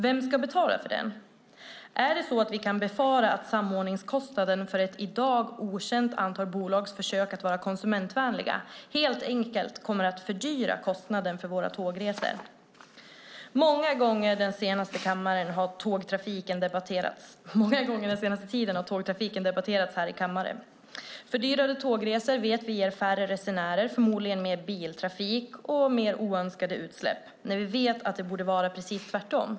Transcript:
Vem ska betala för den? Är det så att vi kan befara att samordningskostnaden för ett i dag okänt antal bolags försök att vara konsumentvänliga helt enkelt kommer att fördyra kostnaden för våra tågresor? Många gånger den senaste tiden har tågtrafiken debatterats i kammaren. Fördyrade tågresor vet vi ger färre resenärer och förmodligen mer biltrafik och mer oönskade utsläpp, när vi vet att det borde vara precis tvärtom.